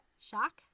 Shock